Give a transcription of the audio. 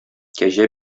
кәҗә